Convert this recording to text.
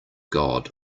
god